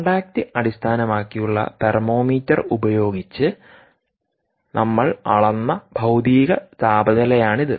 contact അടിസ്ഥാനമാക്കിയുള്ള thermometer ഉപയോഗിച്ച് നമ്മൾ അളന്ന ഭൌതിക താപനിലയാണിത്